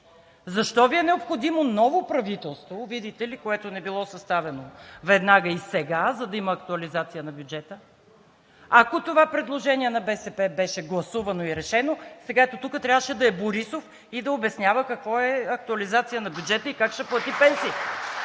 Защо Ви е необходимо ново правителство, видите ли, което не било съставено веднага и сега, за да има актуализация на бюджета. Ако това предложение на БСП беше гласувано и решено – сега, ето тук, трябваше да е Борисов и да обяснява какво е актуализация на бюджета и как ще плати пенсиите?